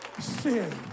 sin